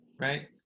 right